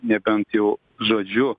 nebent jau žodžiu